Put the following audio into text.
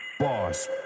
Boss